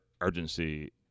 urgency